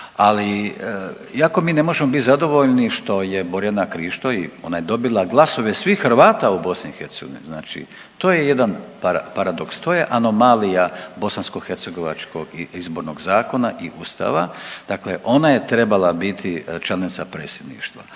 Ali iako mi ne možemo biti zadovoljni što je Bojana Krišto i ona je dobila svih Hrvata u BiH znači to je jedan paradoks, to je anomalija bosanskohercegovačkog izbornog zakona i ustava, dakle ona je trebala biti članica predsjedništva.